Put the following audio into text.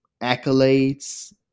accolades